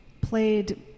played